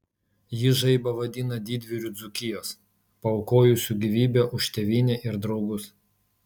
ji žaibą vadina didvyriu dzūkijos paaukojusiu gyvybę už tėvynę ir draugus